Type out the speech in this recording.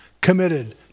committed